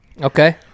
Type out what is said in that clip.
Okay